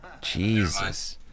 Jesus